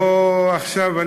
עכשיו,